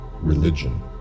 religion